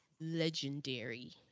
legendary